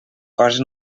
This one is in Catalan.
coses